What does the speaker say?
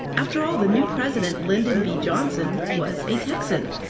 after all, the new president, lyndon b. johnson, was a texan,